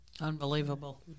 Unbelievable